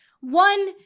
one